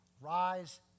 Rise